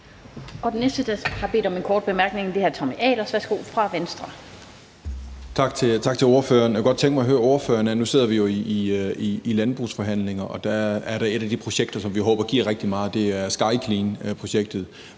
Den næste, der har bedt om en kort bemærkning, er hr. Tommy Ahlers fra Venstre. Værsgo. Kl. 16:54 Tommy Ahlers (V): Tak til ordføreren. Jeg kunne godt tænke mig at høre ordføreren om noget, for nu sidder vi jo i landbrugsforhandlinger, og der er et af de projekter, som vi håber giver rigtig meget, SkyCleanprojektet.